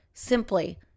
Simply